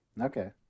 okay